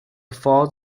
for